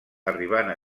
arribant